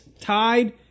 tied